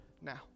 now